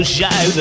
Show